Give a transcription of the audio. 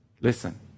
Listen